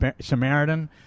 Samaritan